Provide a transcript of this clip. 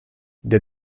der